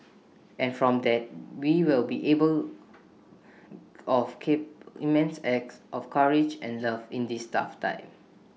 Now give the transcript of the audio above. and from that we will be able of cape immense acts of courage and love in this tough time